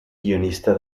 guionista